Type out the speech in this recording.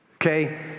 Okay